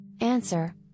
Answer